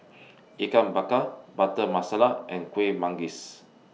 Ikan Bakar Butter Masala and Kuih Manggis